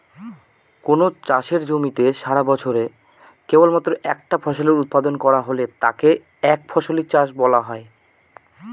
কোনো চাষের জমিতে সারাবছরে কেবলমাত্র একটা ফসলের উৎপাদন করা হলে তাকে একফসলি চাষ বলা হয়